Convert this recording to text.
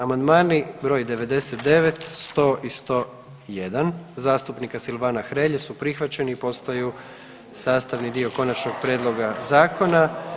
Amandmani br. 99., 100. i 101. zastupnika Silvana Hrelje su prihvaćeni i postaju sastavni dio konačnog prijedloga zakona.